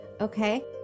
Okay